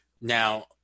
Now